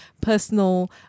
personal